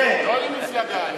לא למפלגה.